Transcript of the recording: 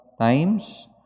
times